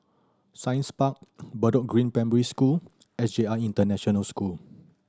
Science Park Bedok Green Primary School S J I International School